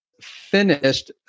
finished